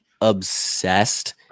obsessed